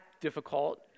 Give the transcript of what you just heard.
difficult